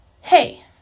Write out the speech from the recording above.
hey